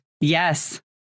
yes